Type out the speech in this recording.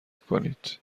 کنید